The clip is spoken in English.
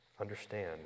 understand